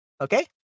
Okay